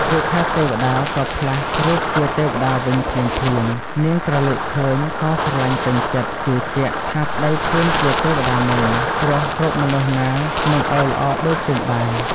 រុក្ខទេវតាក៏ផ្លាស់រូបជាទេវតាវិញភ្លាមៗ នាងក្រឡេកឃើញក៏ស្រលាញ់ពេញចិត្ដ ជឿជាក់ ថាប្ដីខ្លួនជាទេវតាមែន ព្រោះរកមនុស្សណានិងឱ្យល្អដូចពុំបាន ។